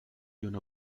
uno